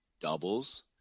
doubles